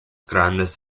grandes